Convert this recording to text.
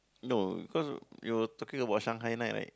no cause you were talking about Shanghai night right